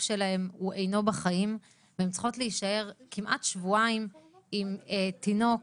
שלהן הוא אינו בחיים והן צריכות להישאר כמעט שבועיים עם תינוק